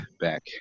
back